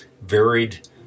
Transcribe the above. varied